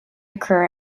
occur